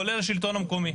כולל השלטון המקומי.